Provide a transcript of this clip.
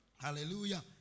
Hallelujah